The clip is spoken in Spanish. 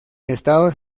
estados